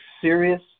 serious